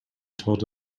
told